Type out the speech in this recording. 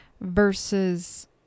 versus